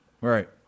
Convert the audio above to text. Right